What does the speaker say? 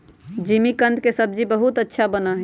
जिमीकंद के सब्जी बहुत अच्छा बना हई